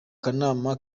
kanama